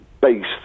based